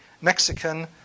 Mexican